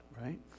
right